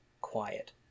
quiet